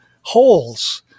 holes